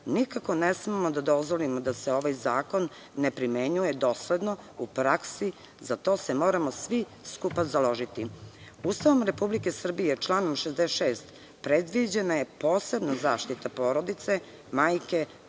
zakona. Nikako ne smemo da dozvolimo da se ovaj zakon ne primenjuje dosledno u praksi i za to se moramo svi skupa založiti.U Ustavu Republike Srbije član 66. predviđena je posebna zaštita porodice, majke,